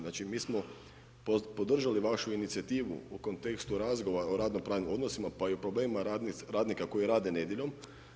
Znači mi smo podržali vašu inicijativu u kontekstu … o radnopravnim odnosima pa i o problemima radnika koji rade nedjeljom.